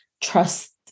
trust